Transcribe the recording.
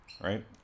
Right